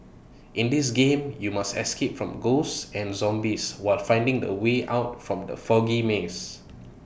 in this game you must escape from ghosts and zombies while finding the way out from the foggy maze